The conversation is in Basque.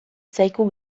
zaigu